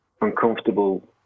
uncomfortable